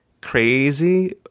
crazy